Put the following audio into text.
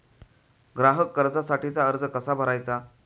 ग्राहक कर्जासाठीचा अर्ज कसा भरायचा?